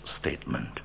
statement